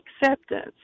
acceptance